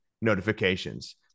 notifications